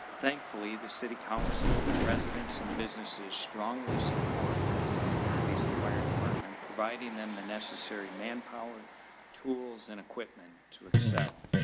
thankfully the city council residents and businesses strongly support the police and fire department providing them the necessary man power tools and equipment to excel.